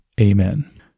amen